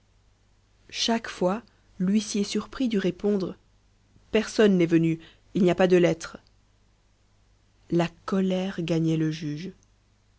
chaque fois l'huissier surpris dut répondre personne n'est venu il n'y a pas de lettre la colère gagnait le juge